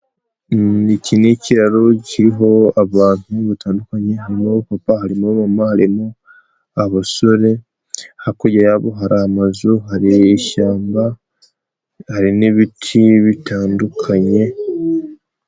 Iki ni ikiraro kiriho abantu batandukanye, harimo abapapa, harimo abamama, harimo abasore, hakurya yabo hari amazu, hari ishyamba, hari n'ibiti bitandukanye.